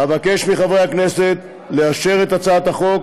אבקש מחברי הכנסת לאשר את הצעת החוק